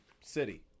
city